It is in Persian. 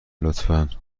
لطفا